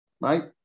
right